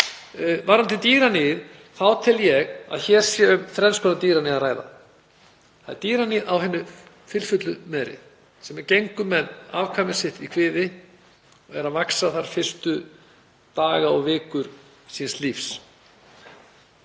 Varðandi dýraníðið þá tel ég að hér sé um þrenns konar dýraníð að ræða. Það er dýraníð á hinni fylfullu meri sem gengur með afkvæmi sitt í kviði sem er að vaxa þar fyrstu daga og vikur síns lífs.